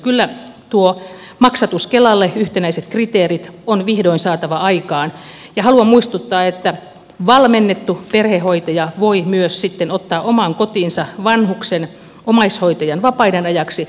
kyllä tuo maksatus kelalle yhtenäiset kriteerit on vihdoin saatava aikaan ja haluan muistuttaa että valmennettu perhehoitaja voi myös sitten ottaa omaan kotiinsa vanhuksen omaishoitajan vapaiden ajaksi